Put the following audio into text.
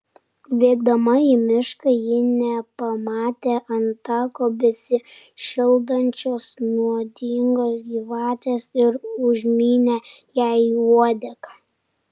bėgdama į mišką ji nepamatė ant tako besišildančios nuodingos gyvatės ir užmynė jai uodegą